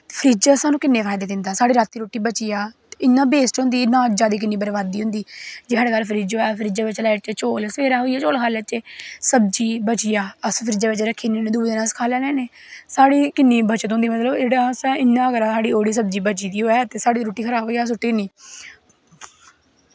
fridge अज्ज सानूं किन्ने फायदे दिंदा साढ़ी रातीं रुट्टी बची जाऽ इ'यां बेस्ट होंदी नाजा दी किन्नी बर्बादी होंदी जे साढ़े फ्रिज्ज होऐ अस फ्रिज्जै बिच्च लाई ओड़चै चौल सवैरे अस उऐ चौल खाई लैच्चै सब्जी बची जाऽ अस फ्रिजै बिच्च रक्खी ओड़ने होन्ने दुऐ दिन खाई लैन्ने होन्ने किन्नी बच्चत होंदी जेह्ड़ा मतलब जेह्ड़ा असें इ'यां करी साढ़ी ओह्कड़ी सब्जी बची दी होऐ साढ़ी रुट्टी खराब होई जाऽ सुट्टी ओड़नी